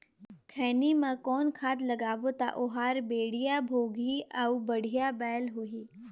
खैनी मा कौन खाद लगाबो ता ओहार बेडिया भोगही अउ बढ़िया बैल होही?